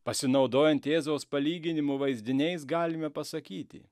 pasinaudojant jėzaus palyginimų vaizdiniais galime pasakyti